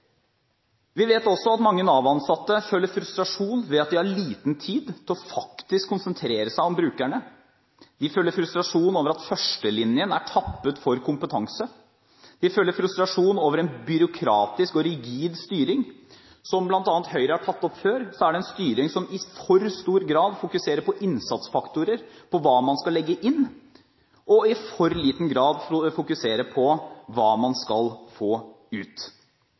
Vi vet også at mange Nav-ansatte føler frustrasjon ved at de har liten tid til faktisk å konsentrere seg om brukerne. De føler frustrasjon over at førstelinjen er tappet for kompetanse. De føler frustrasjon over en byråkratisk og rigid styring. Som bl.a. Høyre har tatt opp før, er det en styring som i for stor grad fokuserer på innsatsfaktorer, på hva man skal legge inn, og i for liten grad fokuserer på hva man skal få ut.